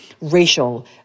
racial